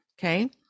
okay